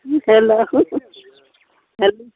ई केना होइ छै जनु